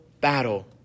battle